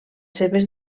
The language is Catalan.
seves